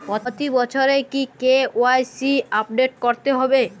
প্রতি বছরই কি কে.ওয়াই.সি আপডেট করতে হবে?